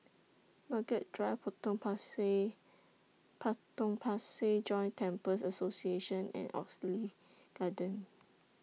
Margaret Drive Potong Pasir Potong Pasir Joint Temples Association and Oxley Garden